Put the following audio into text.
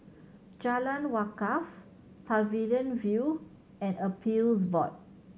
Jalan Wakaff Pavilion View and Appeals Board